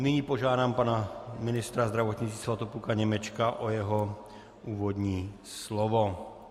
Nyní požádám pana ministra zdravotnictví Svatopluka Němečka o jeho úvodní slovo.